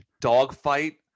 dogfight